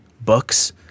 books